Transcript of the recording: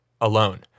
alone